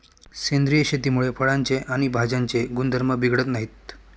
सेंद्रिय शेतीमुळे फळांचे आणि भाज्यांचे गुणधर्म बिघडत नाहीत